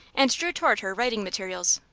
and drew toward her writing materials.